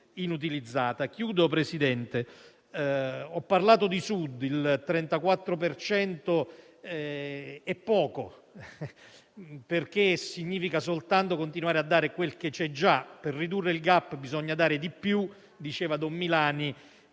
Presidente, ho parlato di Sud: il 34 per cento è poco, perché significa soltanto continuare a dare quel che c'è già. Per ridurre il *gap* bisogna dare di più e diceva don Milani